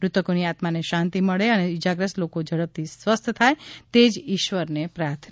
મૃતકોની આત્માને શાંતિ મળે અને ઇજાગ્રસ્ત લોકો ઝડપથી સ્વસ્થ થાય તે જ ઇશ્વરને પ્રાર્થના